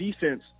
defense